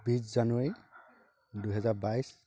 বিছ জানুৱাৰী দুহেজাৰ বাইছ